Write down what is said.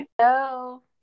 Hello